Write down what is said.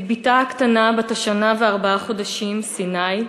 את בתה הקטנה בת השנה וארבעה חודשים, סיני,